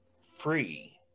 free